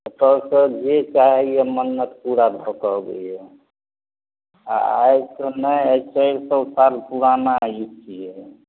सब तऽ जे चाहैयऽ मन्नत पूरा भऽ कऽ अबैयऽ आओर आइके नहि अइ चारि सओ साल पुराना ई छियै